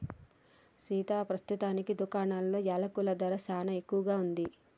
సీతా పస్తుతానికి దుకాణాలలో యలకుల ధర సానా ఎక్కువగా ఉంది